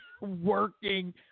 working